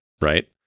Right